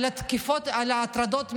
של ההטרדות המיניות.